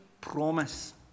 promise